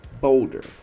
boulder